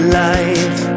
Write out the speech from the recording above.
life